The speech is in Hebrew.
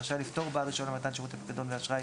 רשאי לפטור בעל רישיון למתן שירותי פיקדון ואשראי